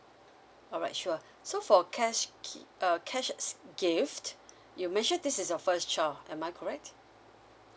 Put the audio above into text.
all right sure so for cash gi~ err cash gift you mention this is your first child am I correct